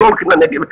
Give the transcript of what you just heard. הם לא הולכים לנגב,